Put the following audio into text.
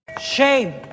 Shame